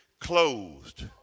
closed